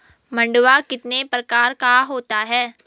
मंडुआ कितने प्रकार का होता है?